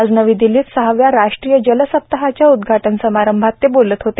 आज नवी दिल्लीत सहाव्या राष्ट्रीय जल सप्ताहाच्या उद्घाटन समारंभात ते बोलत होते